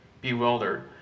bewildered